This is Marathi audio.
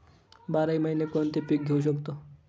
बाराही महिने कोणते पीक घेवू शकतो?